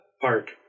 park